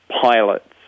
pilots